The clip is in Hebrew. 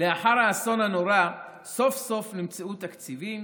לאחר האסון הנורא סוף-סוף נמצאו תקציבים